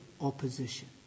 opposition